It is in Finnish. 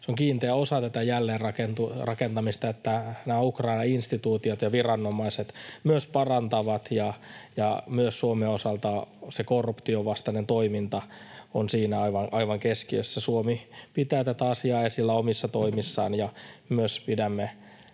se on kiinteä osa tätä jälleenrakentamista, että nämä Ukrainan instituutiot ja viranomaiset myös parantavat toimintaansa, ja myös Suomen osalta se korruption vastainen toiminta on siinä aivan keskiössä. Suomi pitää tätä asiaa esillä omissa toimissaan, ja myös pidämme